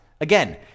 Again